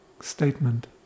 statement